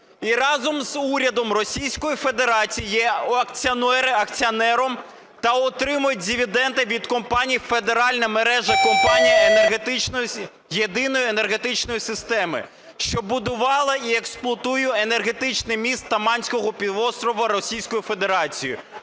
і разом з урядом Російської Федерації є акціонером та отримує дивіденди від компанії, федеральної мережі компаній Єдиної енергетичної системи, що будувала і експлуатує енергетичний міст Таманського півострову Російської Федерації?